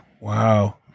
wow